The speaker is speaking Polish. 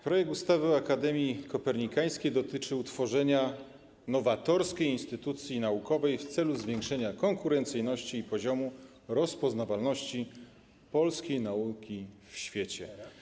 Projekt ustawy o Akademii Kopernikańskiej dotyczy utworzenia nowatorskiej instytucji naukowej w celu zwiększenia konkurencyjności i poziomu rozpoznawalności polskiej nauki w świecie.